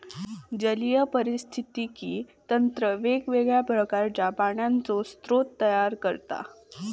जलीय पारिस्थितिकी तंत्र वेगवेगळ्या प्रकारचे पाण्याचे स्रोत तयार करता